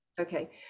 Okay